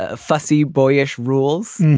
ah fussy, boyish rules,